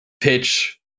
pitch